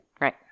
Right